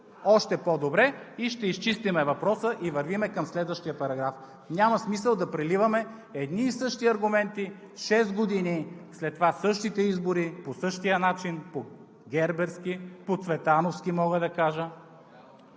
още по-добре и ще изчистим въпроса и вървим към следващия параграф. Няма смисъл да преливаме едни и същи аргументи шест години, след това същите избори по същия начин, по герберски, по цветановски, мога да кажа,